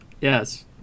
Yes